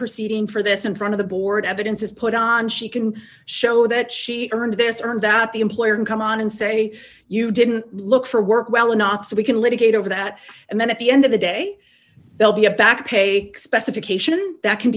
proceeding for this in front of the board evidence is put on she can show that she earned this earned that the employer can come on and say you didn't look for work well or not so we can litigate over that and then at the end of the day they'll be a back pay specification that can